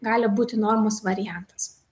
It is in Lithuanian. gali būti normos variantas